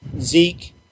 Zeke –